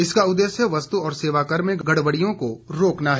इसका उद्देश्य वस्तु और सेवाकर में गड़बड़ियों को रोकना है